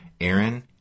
Aaron